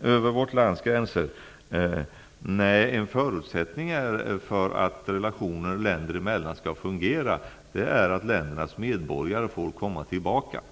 över vårt lands gränser. Nej, en förutsättning för att relationer länder emellan skall fungera är att ländernas medborgare får komma tillbaka till sitt land.